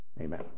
Amen